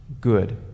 good